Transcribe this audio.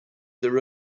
their